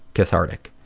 cathartic.